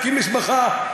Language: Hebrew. להקים משפחה,